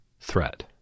threat